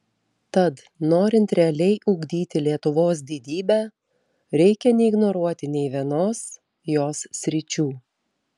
tad norint realiai ugdyti lietuvos didybę reikia neignoruoti nei vienos jos sričių